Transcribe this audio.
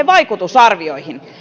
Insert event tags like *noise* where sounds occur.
*unintelligible* vaikutusarvioihin